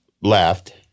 left